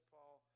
Paul